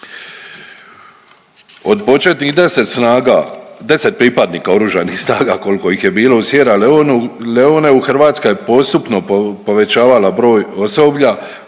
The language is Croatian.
Od početnih 10 snaga, 10 pripadnika Oružanih snaga kolko ih je bilo u „SIERRA LEONE“-u Hrvatska je postupno povećavala broj osoblja